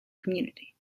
community